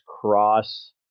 cross